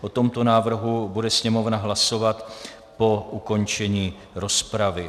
O tomto návrhu bude Sněmovna hlasovat po ukončení rozpravy.